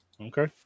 Okay